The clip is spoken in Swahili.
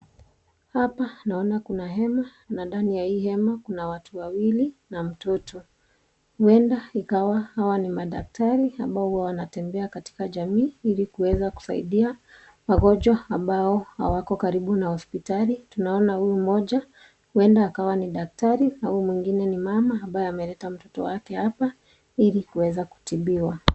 Hapa naona kuna hema na ndani ya hii hema kuna watu wawili na mtoto huenda ikiwa ni madaktari ambao hua wana tembea katika jamii ili kuweza kusaidia wagonjwa ambao hawako karibu na hospitali, tuna muona huu mmoja huenda ikiwa ni daktari au mwingine ni mama ambaye ame leta mtoto wake hapa ili aweze kutibiwa.